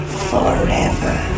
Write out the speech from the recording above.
forever